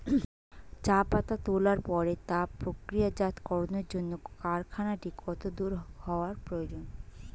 চা পাতা তোলার পরে তা প্রক্রিয়াজাতকরণের জন্য কারখানাটি কত দূর হওয়ার প্রয়োজন?